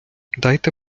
дайте